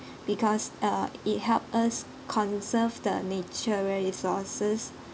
because uh it help us conserve the natural resources